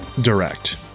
direct